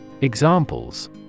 Examples